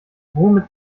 womit